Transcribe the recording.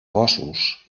gossos